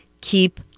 keep